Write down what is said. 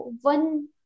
one